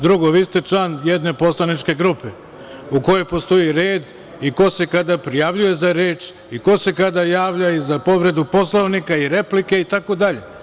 Drugo, vi ste član jedne poslaničke grupe u kojoj postoji red i ko se kada prijavljuje za reč i ko se kada javlja i za povredu Poslovnika i replike, itd.